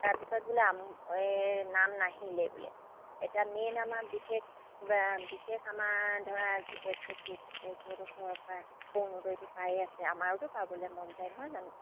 তাৰপিছত বোলে এই নাম নাহিলেই বোলে এতিয়া মেইন আমাৰ বিশেষ বিশেষ আমাৰ ধৰা আজি প্ৰত্যেকেই কেইবছৰৰ পৰা অৰুণোদয়টো পায়েই আছে আমাৰোতো পাবলৈ মন যায় নহয় জানো